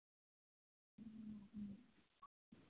ꯑꯗꯨꯝ ꯑꯩꯈꯣꯏ ꯍꯥꯟꯅ ꯄꯨꯟꯕ ꯑꯗꯨꯝ ꯑꯍꯨꯝ ꯃꯔꯤꯗꯨ ꯄꯨꯜꯂ ꯂꯣꯏꯔꯦ